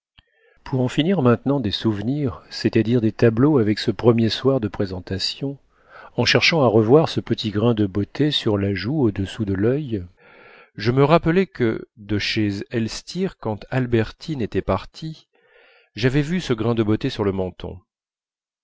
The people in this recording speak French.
pour en finir avec ce premier soir de présentation en cherchant à revoir ce petit grain de beauté sur la joue au-dessous de l'œil je me rappelai que de chez elstir quand albertine était partie j'avais vu ce grain de beauté sur le menton